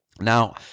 now